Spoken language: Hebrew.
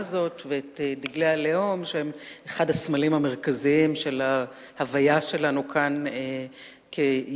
דגלי הלאום הם אחד הסמלים המרכזיים של ההוויה שלנו כאן כיהודים,